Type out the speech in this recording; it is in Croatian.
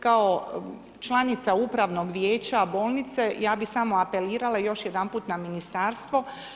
Kao članica upravnog vijeća bolnice, ja bi samo apelirala još jedanput na ministarstvo.